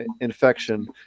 infection